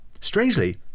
Strangely